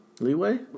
leeway